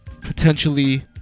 potentially